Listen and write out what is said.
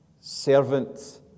Servant